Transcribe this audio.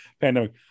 pandemic